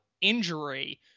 injury